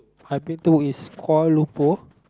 I've been to is Kuala Lumpur